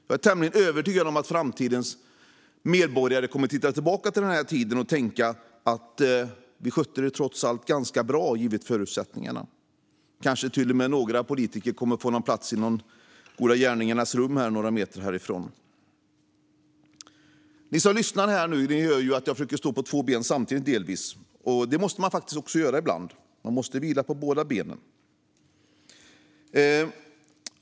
Jag är tämligen övertygad om att framtidens medborgare kommer att se på den tiden och tänka att vi trots allt skötte det ganska bra utifrån förutsättningarna. Kanske kommer till och med några politiker att få en plats i Den goda gärningens rum, som ligger några meter från denna kammare. Ni som lyssnar nu hör att jag försöker stå på två ben samtidigt. Det måste man faktiskt göra ibland. Man måste vila på båda benen.